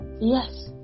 yes